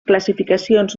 classificacions